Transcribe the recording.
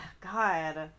God